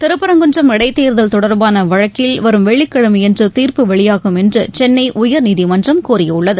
திருபரங்குன்றம் இடைத்தேர்தல் தொடர்பான வழக்கில் வரும் வெள்ளிக் கிழமையன்று தீர்ப்பு வெளியாகும் என்று சென்னை உயர்நீதிமன்றம் கூறியுள்ளது